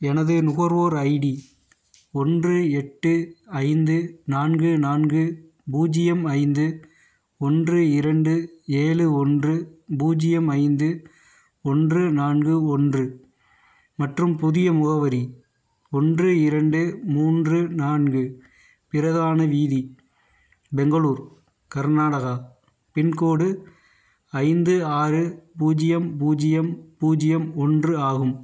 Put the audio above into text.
எனது நுகர்வோர் ஐடி ஒன்று எட்டு ஐந்து நான்கு நான்கு பூஜ்யம் ஐந்து ஒன்று இரண்டு ஏழு ஒன்று பூஜ்யம் ஐந்து ஒன்று நான்கு ஒன்று மற்றும் புதிய முகவரி ஒன்று இரண்டு மூன்று நான்கு பிரதான வீதி பெங்களூர் கர்நாடகா பின்கோடு ஐந்து ஆறு பூஜ்யம் பூஜ்யம் பூஜ்யம் ஒன்று ஆகும்